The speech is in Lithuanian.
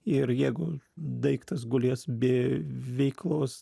ir jeigu daiktas gulės be veiklos